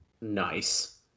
Nice